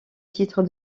titre